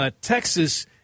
Texas